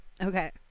Okay